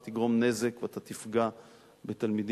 אתה תגרום נזק ותפגע בתלמידים.